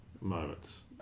moments